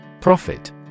Profit